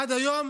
עד היום